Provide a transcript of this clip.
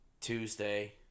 Tuesday